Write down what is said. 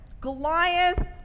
Goliath